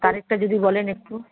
তারিখটা যদি বলেন একটু